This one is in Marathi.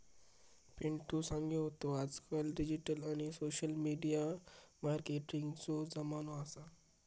पिंटु सांगी होतो आजकाल डिजिटल आणि सोशल मिडिया मार्केटिंगचो जमानो असा